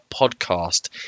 podcast